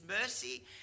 mercy